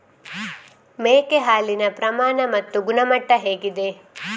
ಮೇಕೆ ಹಾಲಿನ ಪ್ರಮಾಣ ಮತ್ತು ಗುಣಮಟ್ಟ ಹೇಗಿದೆ?